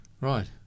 Right